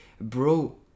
bro